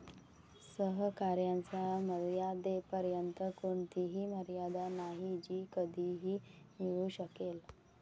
सहकार्याच्या मर्यादेपर्यंत कोणतीही मर्यादा नाही जी कधीही मिळू शकेल